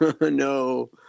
No